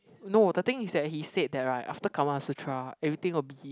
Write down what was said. no the thing is that he said that right after Karmasutra everything will be